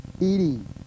Eating